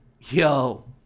Yo